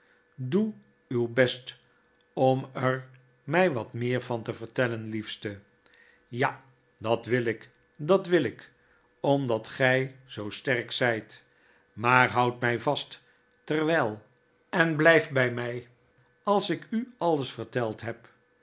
doe uw best om er my wat meer van te vertellen liefste ja dat wil ik dat wil ik omdat gy zoo sterk zyt maar houd mij vast terwyl en blyf by my als ik u alles verteld heb